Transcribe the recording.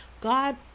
God